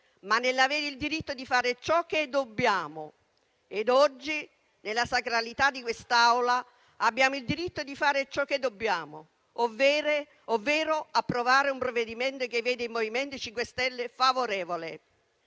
ma nell'avere il diritto di fare ciò che dobbiamo ed oggi, nella sacralità di quest'Aula, abbiamo il diritto di fare ciò che dobbiamo, ovvero approvare un provvedimento che vede il MoVimento 5 Stelle favorevole.